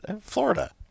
florida